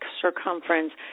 circumference